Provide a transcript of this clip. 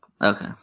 Okay